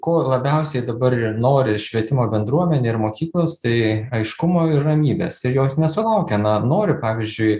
ko labiausiai dabar ir nori ir švietimo bendruomenė ir mokyklos tai aiškumo ir ramybės ir jos nesulaukia na nori pavyzdžiui